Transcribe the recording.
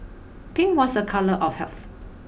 pink was a colour of health